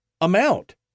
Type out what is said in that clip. amount